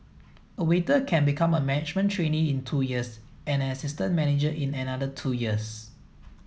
a waiter can become a management trainee in two years and an assistant manager in another two years